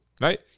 right